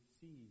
see